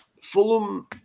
Fulham